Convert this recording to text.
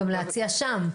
גם להציע שם.